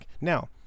Now